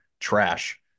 trash